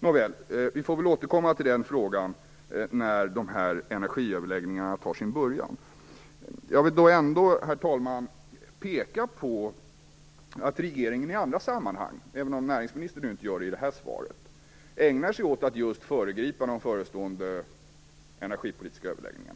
Nåväl, vi får återkomma till den frågan när energiöverläggningarna tar sin början. Herr talman! Jag vill ändå peka på att regeringen i andra sammanhang - även om näringsministern nu inte gör det i detta svar - ägnar sig åt att just föregripa de förestående energipolitiska överläggningarna.